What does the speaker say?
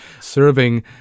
serving